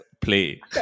play